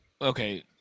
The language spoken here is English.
okay